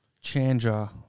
Chandra